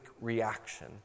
reaction